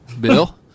Bill